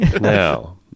Now